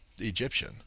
Egyptian